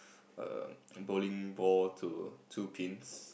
um bowling ball to two pins